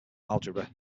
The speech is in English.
algebra